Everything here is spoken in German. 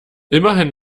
immerhin